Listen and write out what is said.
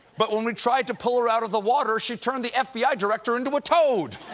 but when we tried to pull her out of the water, she turned the f b i. director into a toad!